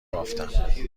بافتم